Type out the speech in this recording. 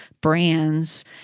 brands